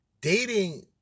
Dating